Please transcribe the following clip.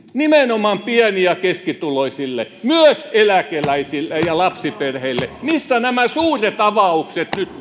nimenomaan pieni ja keskituloisille myös eläkeläisille ja lapsiperheille missä nämä suuret avaukset ovat nyt